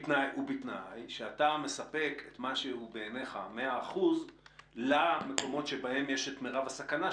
ובתנאי שאתה מספק מה שהוא בעיניך 100% למקומות שבהם יש את מרב הסכנה,